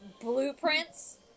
blueprints